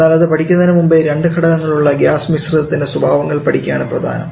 എന്നാൽ അത് പഠിക്കുന്നതിന് മുൻപേ രണ്ടു ഘടകങ്ങൾ ഉള്ള ഗ്യാസ് മിശ്രിതത്തിൻറെ സ്വഭാവങ്ങൾ പഠിക്കുകയാണ് പ്രധാനം